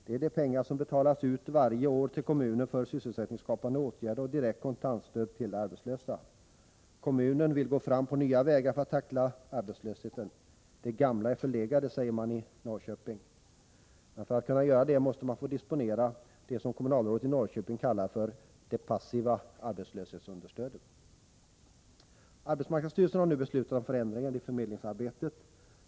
Det är de pengar som betalas ut varje år till kommunen för sysselsättningsskapande åtgärder och direkt kontantstöd till de arbetslösa. Kommunen vill gå fram på nya vägar för att tackla arbetslösheten. De gamla är förlegade, säger man i Norrköping. Men för att kunna göra detta vill man få disponera det som kommunalrådet i Norrköping kallar ”det passiva arbetslöshetsunderstödet”. Arbetsmarknadsstyrelsen har nu beslutat om förändringar i förmedlingsarbetet.